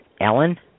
Ellen